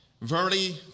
Verily